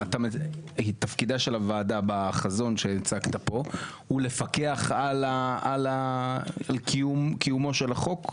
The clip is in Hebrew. אם בחזון שהצגת פה תפקידה של הוועדה לפקח על קיומו של החוק?